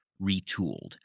retooled